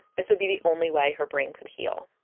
this would be the only way her brain could heal.